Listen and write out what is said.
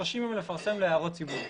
30 ימים לפרסם להערות ציבור.